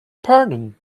pardon